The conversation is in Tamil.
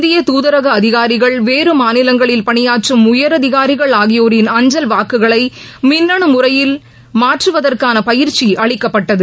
இந்தியத் தூதரக அதிகாரிகள் வேறு மாநிலங்களில் பணியாற்றும் உயரதிகாரிகள் ஆகியோரின் அஞ்சல் வாக்குகளை மின்னனு முறையில் மாற்றுவதற்கான பயிற்சி அளிக்கப்பட்டது